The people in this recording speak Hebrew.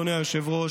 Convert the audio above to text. אדוני היושב-ראש,